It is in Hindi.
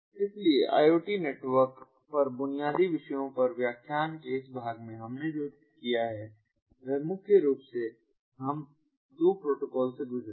इसलिए IoT नेटवर्क पर बुनियादी विषयों पर व्याख्यान के इस भाग में हमने जो किया है वह मुख्य रूप से हम दो प्रोटोकॉल से गुजरे हैं